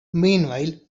meanwhile